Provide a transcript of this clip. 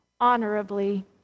honorably